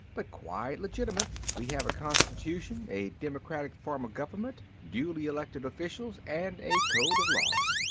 but quite legitimate. we have a constitution, a democratic form of government, duly elected officials, and a code of laws.